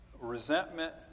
resentment